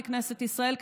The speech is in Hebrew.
מכנסת ישראל,